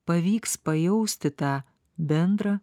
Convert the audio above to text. pavyks pajausti tą bendrą